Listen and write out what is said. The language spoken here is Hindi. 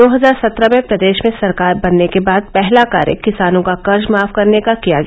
दो हजार सत्रह में प्रदेश में सरकार बनने के बाद पहला कार्य किसानों का कर्ज माफ करने का किया गया